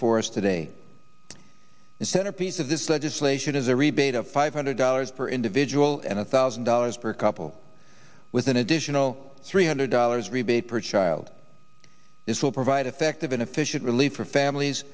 us today the centerpiece of this legislation is a rebate of five hundred dollars per individual and a thousand dollars per couple with an additional three hundred dollars rebate per child this will provide effective and efficient relief for families